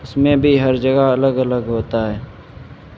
اس میں بھی ہر جگہ الگ الگ ہوتا ہے